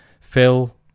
Phil